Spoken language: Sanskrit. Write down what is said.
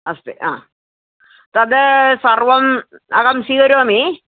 अस्ति तत् सर्वम् अहं स्वीकरोमि